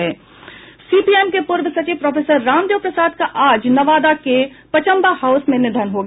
CPM के पूर्व सचिव प्रोफेसर रामदेव प्रसाद का आज नवादा के पचम्बा हाउस में निधन हो गया